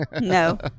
No